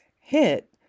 hit